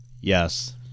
Yes